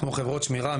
כמו חברות שמירה,